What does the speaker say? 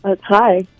Hi